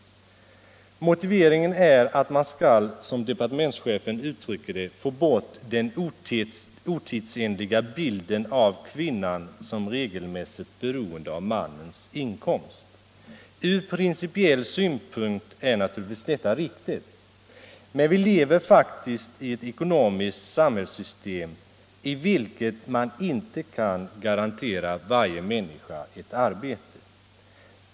Motiveringen är att man skall, som departementschefen uttrycker det, få bort den otidsenliga bilden av kvinnan som regelmässigt beroende av mannens inkomst. Från principiell synpunkt är detta naturligtvis riktigt. Men vi lever faktiskt i ett ekonomiskt samhällssystem i vilket man inte kan garantera varje människa ett arbete.